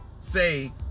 say